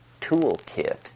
toolkit